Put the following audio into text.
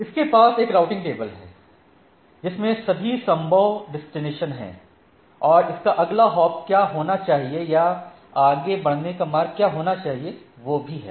इसके पास एक राउटिंग टेबल है जिसमें सभी संभव डेस्टिनेशन हैं और इसका अगला हॉप क्या होना चाहिए या आगे बढ़ने का मार्ग क्या होना चाहिए वह भी है